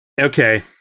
Okay